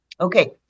Okay